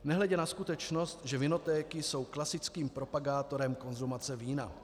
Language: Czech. Nehledě na skutečnost, že vinotéky jsou klasickým propagátorem konzumace vína.